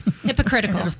Hypocritical